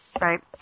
right